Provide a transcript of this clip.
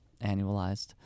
annualized